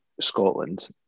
Scotland